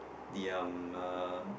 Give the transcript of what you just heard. the um uh